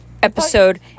episode